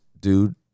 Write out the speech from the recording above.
dude